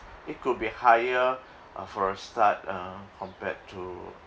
it could be higher uh for a start uh compared to